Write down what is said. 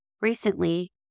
Recently